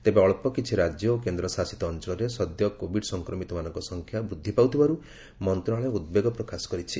ତେବେ ଅଳ୍ପ କିଛି ରାଜ୍ୟ ଓ କେନ୍ଦଶାସିତ ଅଞ୍ଚଳରେ ସଦ୍ୟ କୋବିଡ୍ ସଂକ୍ମିତମାନଙ୍କ ସଂଖ୍ୟା ବୃଦ୍ଧି ପାଉଥିବାର୍ ମନ୍ତ୍ରଣାଳୟ ଉଦ୍ବେଗ ପ୍ରକାଶ କରିଛି